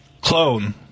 clone